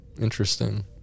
Interesting